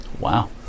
Wow